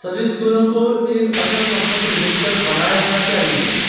सभी स्कूलों को एक अचल संपत्ति रजिस्टर बनाए रखना चाहिए